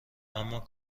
اما